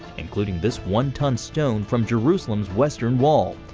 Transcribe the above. including this one-ton stone from jerusalem's western wall.